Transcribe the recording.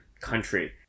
country